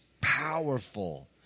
powerful